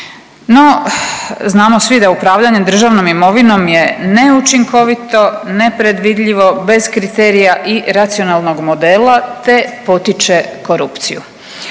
No, znamo svi da je upravljanje državnom imovinom je neučinkovito, nepredvidljivo, bez kriterija i racionalnog modela, te potiče korupciju.